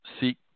seek